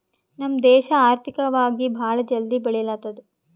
ನಮ್ ದೇಶ ಆರ್ಥಿಕವಾಗಿ ಭಾಳ ಜಲ್ದಿ ಬೆಳಿಲತ್ತದ್